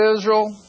Israel